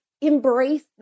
embrace